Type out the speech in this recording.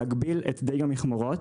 להגביל את דיג המכמורות.